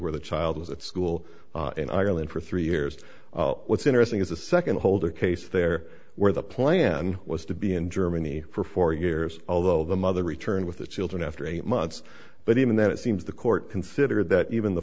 where the child was at school in ireland for three years what's interesting is the second holder case there where the plan was to be in germany for four years although the mother returned with the children after eight months but even then it seems the court considered that even the